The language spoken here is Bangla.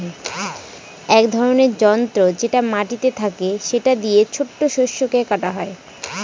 এক ধরনের যন্ত্র যেটা মাটিতে থাকে সেটা দিয়ে ছোট শস্যকে কাটা হয়